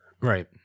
Right